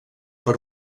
per